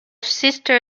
sister